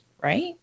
Right